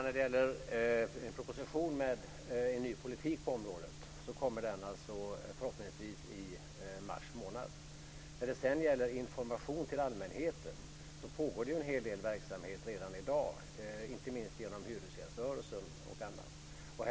Fru talman! En ny proposition med en ny politik på området kommer förhoppningsvis i mars månad. Det pågår redan i dag en hel del verksamhet med information till allmänheten, inte minst genom hyresgäströrelsen.